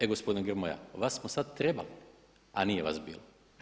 E gospodin Grmoja vas smo sad trebali, a nije vas bilo.